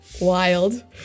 wild